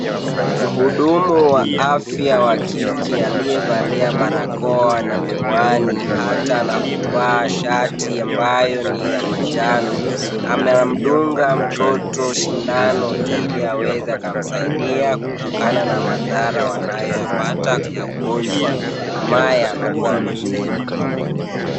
Mhudumu wa afya wa kike aliyevalia barakoa na miwani hata na kuvaa shati ambayo ni ya manjano amemdunga mtoto sindano ili aweze akamsaidia kutokana na madhara wanayoyapata ya ugonjwa. Mamaye anakuwa amembeba.